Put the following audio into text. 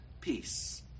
peace